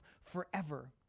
forever